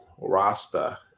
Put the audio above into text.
Rasta